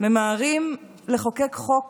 ממהרים לחוקק חוק